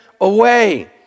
away